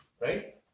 Right